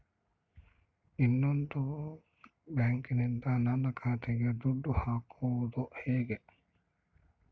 ಇನ್ನೊಂದು ಬ್ಯಾಂಕಿನಿಂದ ನನ್ನ ಖಾತೆಗೆ ದುಡ್ಡು ಹಾಕೋದು ಹೇಗೆ?